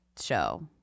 show